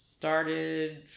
Started